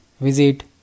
visit